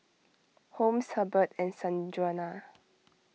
Holmes Herbert and Sanjuana